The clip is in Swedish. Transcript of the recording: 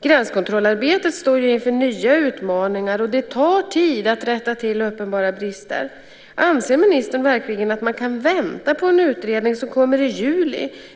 Gränskontrollarbetet står ju inför nya utmaningar, och det tar tid att rätta till uppenbara brister. Anser ministern verkligen att man kan vänta på en utredning som kommer i juli?